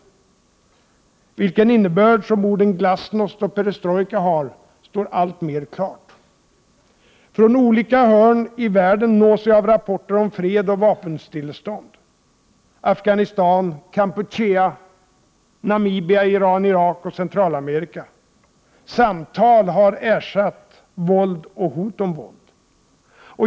Det står alltmer klart vilken innebörd som begreppen glasnost och perestrojka har. Från olika hörn i världen nås vi av rapporter om fred och vapenstillestånd, från Afghanistan, Kambodja, Namibia, Iran, Irak och från Centralamerika. Samtal har ersatt våld och hot om våld.